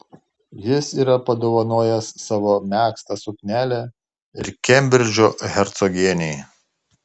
jis yra padovanojęs savo megztą suknelę ir kembridžo hercogienei